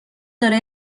داره